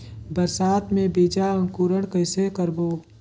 बरसात मे बीजा अंकुरण कइसे करबो?